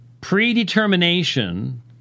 predetermination